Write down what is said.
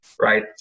right